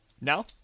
No